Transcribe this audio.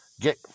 get